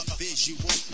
visual